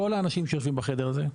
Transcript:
כל האנשים שיושבים בחדר הזה,